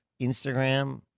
Instagram